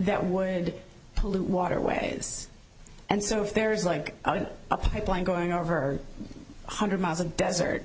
that would pollute waterways and so if there's like a pipeline going over one hundred miles a desert